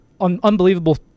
unbelievable